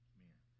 Amen